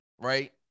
right